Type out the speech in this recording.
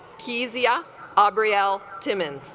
kezia abriel timmons